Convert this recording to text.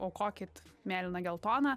aukokit mėlyna geltona